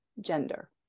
gender